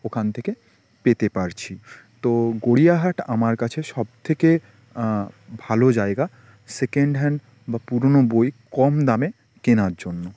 ওখান থেকে পেতে পারছি তো গড়িয়াহাট আমার কাছে সবথেকে ভালো জায়গা সেকেন্ড হ্যান্ড বা পুরনো বই কম দামে কেনার জন্য